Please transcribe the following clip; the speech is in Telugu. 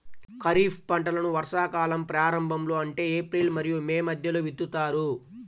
ఖరీఫ్ పంటలను వర్షాకాలం ప్రారంభంలో అంటే ఏప్రిల్ మరియు మే మధ్యలో విత్తుతారు